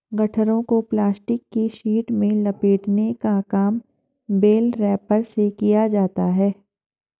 गट्ठरों को प्लास्टिक की शीट में लपेटने का काम बेल रैपर से किया जाता है